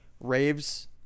raves